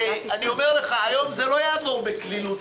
אני אומר לך היום זה לא יעבור בקלילות,